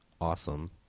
awesome